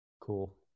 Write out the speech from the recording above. Cool